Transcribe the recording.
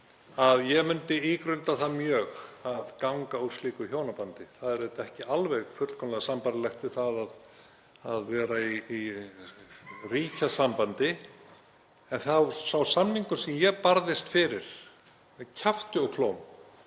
að ég myndi ígrunda það mjög að ganga úr slíku hjónabandi. Það er auðvitað ekki alveg fullkomlega sambærilegt við það að vera í ríkjasambandi. En sá samningur sem ég barðist fyrir með kjafti og klóm